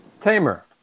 Tamer